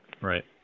Right